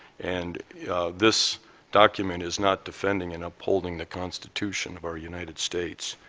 and this document is not defending and upholding the constitution of our united states.